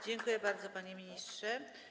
Dziękuję bardzo, panie ministrze.